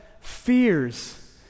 fears